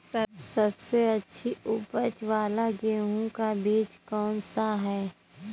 सबसे अच्छी उपज वाला गेहूँ का बीज कौन सा है?